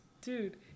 Dude